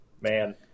Man